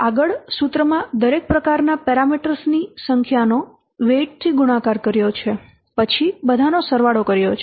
આગળ સૂત્ર માં દરેક પ્રકારનાં પેરામીટર્સ ની સંખ્યાનો વેઇટ થી ગુણાકાર કર્યો છે પછી બધાનો સરવાળો કર્યો છે